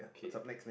okay